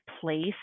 place